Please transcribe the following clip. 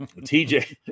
TJ